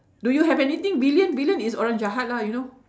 do you have anything villain villain is orang jahat lah you know